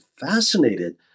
fascinated